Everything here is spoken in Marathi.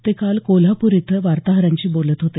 ते काल कोल्हापूर इथं वार्ताहरांशी बोलत होते